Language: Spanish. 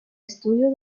estudio